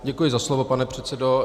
Děkuji za slovo, pane předsedo.